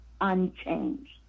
unchanged